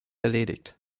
erledigt